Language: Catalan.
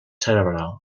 cerebral